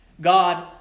God